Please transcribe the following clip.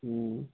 ہوں